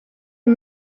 aux